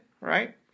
right